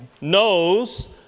knows